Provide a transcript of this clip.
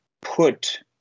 put